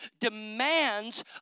demands